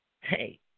hey